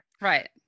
right